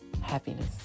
Happiness